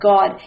God